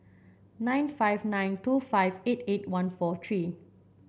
nine five nine two five eight eight one four three